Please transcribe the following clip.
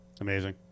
Amazing